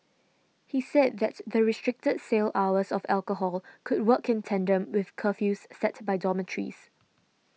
he said that the restricted sale hours of alcohol could work in tandem with curfews set by dormitories